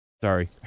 sorry